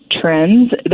trends